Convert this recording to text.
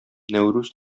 нәүрүз